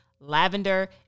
lavender